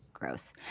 gross